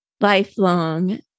lifelong